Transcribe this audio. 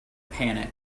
panic